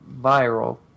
viral